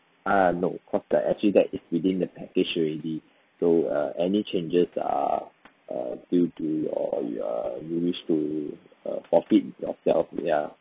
err no cause the actually that is within the package already so err any changes err err due to your your you wish to err forfeit yourself ya